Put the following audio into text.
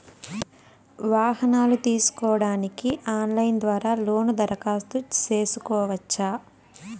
వాహనాలు తీసుకోడానికి ఆన్లైన్ ద్వారా లోను దరఖాస్తు సేసుకోవచ్చా?